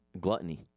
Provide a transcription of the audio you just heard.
Gluttony